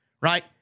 right